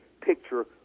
picture